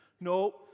No